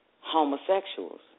Homosexuals